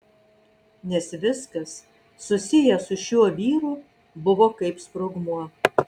nes viskas susiję su šiuo vyru buvo kaip sprogmuo